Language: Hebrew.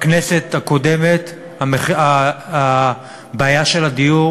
בכנסת הקודמת, הבעיה של הדיור